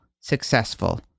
successful